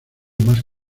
más